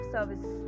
Service